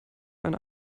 eine